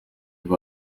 iba